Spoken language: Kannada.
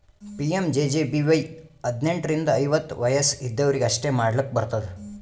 ಪಿ.ಎಮ್.ಜೆ.ಜೆ.ಬಿ.ವೈ ಹದ್ನೆಂಟ್ ರಿಂದ ಐವತ್ತ ವಯಸ್ ಇದ್ದವ್ರಿಗಿ ಅಷ್ಟೇ ಮಾಡ್ಲಾಕ್ ಬರ್ತುದ